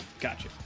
Gotcha